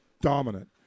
dominant